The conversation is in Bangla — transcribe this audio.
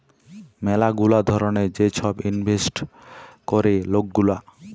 ম্যালা গুলা ধরলের যে ছব ইলভেস্ট ক্যরে লক গুলা